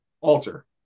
alter